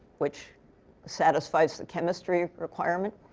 which satisfies the chemistry requirement.